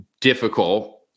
difficult